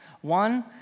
One